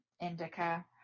indica